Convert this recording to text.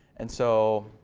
and so,